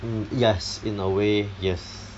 mm yes in a way yes